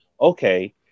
Okay